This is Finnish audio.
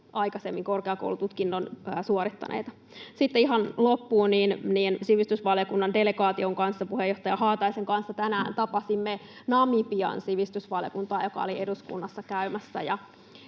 aikaisemmin korkeakoulututkinnon suorittaneita. Sitten ihan loppuun: Sivistysvaliokunnan delegaation ja puheenjohtaja Haataisen kanssa tänään tapasimme Namibian sivistysvaliokuntaa, joka oli eduskunnassa käymässä.